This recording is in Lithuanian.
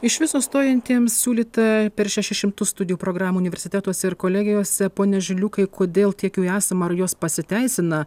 iš viso stojantiems siūlyta per šešis šimtus studijų programų universitetuose ir kolegijose pone žiliukai kodėl tiek jų esama ar jos pasiteisina